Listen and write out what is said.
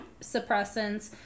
suppressants